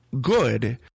Good